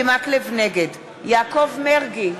יעקב מרגי,